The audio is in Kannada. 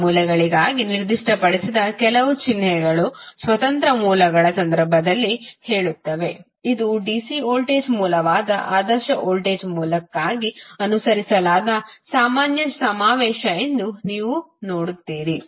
ಆ ಮೂಲಗಳಿಗಾಗಿ ನಿರ್ದಿಷ್ಟಪಡಿಸಿದ ಕೆಲವು ಚಿಹ್ನೆಗಳು ಸ್ವತಂತ್ರ ಮೂಲಗಳ ಸಂದರ್ಭದಲ್ಲಿ ಹೇಳುತ್ತವೆ ಇದು ಡಿಸಿ ವೋಲ್ಟೇಜ್ ಮೂಲವಾದ ಆದರ್ಶ ವೋಲ್ಟೇಜ್ ಮೂಲಕ್ಕಾಗಿ ಅನುಸರಿಸಲಾದ ಸಾಮಾನ್ಯ ಸಮಾವೇಶ ಎಂದು ನೀವು ನೋಡುತ್ತೀರಿ